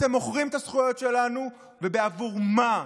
אתם מוכרים את הזכויות שלנו, ובעבור מה?